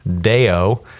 Deo